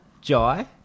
Jai